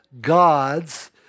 gods